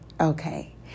okay